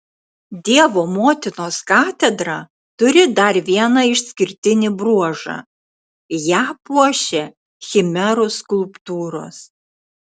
dievo motinos katedra turi dar vieną išskirtinį bruožą ją puošia chimerų skulptūros